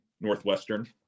Northwestern